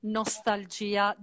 nostalgia